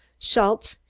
schultze,